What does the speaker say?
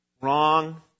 Wrong